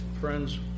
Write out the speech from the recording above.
friends